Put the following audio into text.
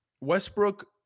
Westbrook